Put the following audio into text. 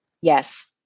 Yes